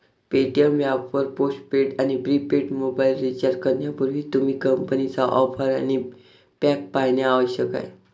Paytm app वर post paid आणि prepaid mobile recharge करण्यापूर्वी, तुम्ही कंपनीच्या ऑफर आणि पॅक पाहणे आवश्यक आहे